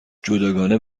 جداگانه